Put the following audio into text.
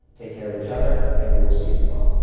take care of each other, and we will see you tomorrow.